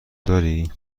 درای